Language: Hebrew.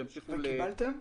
קיבלתם?